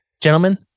gentlemen